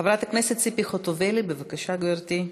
חברת הכנסת ציפי חוטובלי, בבקשה, גברתי.